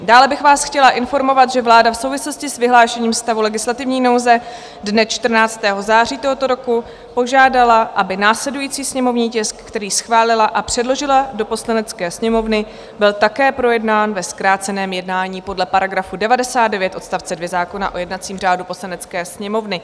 Dále bych vás chtěla informovat, že vláda v souvislosti s vyhlášením stavu legislativní nouze dne 14. září tohoto roku požádala, aby následující sněmovní tisk, který schválila a předložila do Poslanecké sněmovny, byl také projednán ve zkráceném jednání podle § 99 odst. 2 zákona o jednacím řádu Poslanecké sněmovny.